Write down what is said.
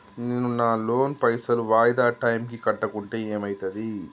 నేను నా లోన్ పైసల్ వాయిదా టైం కి కట్టకుంటే ఏమైతది?